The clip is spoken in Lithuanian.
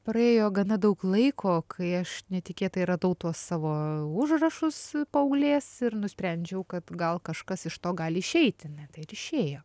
praėjo gana daug laiko kai aš netikėtai radau tuos savo užrašus paauglės ir nusprendžiau kad gal kažkas iš to gali išeiti net ir išėjo